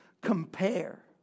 compare